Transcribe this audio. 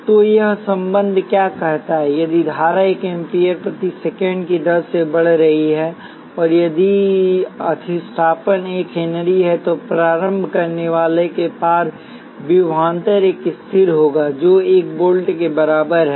तो यह संबंध क्या कहता है यदि धारा एक एम्पीयर प्रति सेकंड की दर से बढ़ रही है और यदि अधिष्ठापन 1 हेनरी है तो प्रारंभ करनेवाला के पार विभवांतर एक स्थिर होगा जो 1 वोल्ट के बराबर है